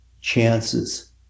chances